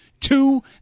Two